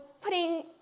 putting